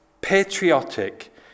patriotic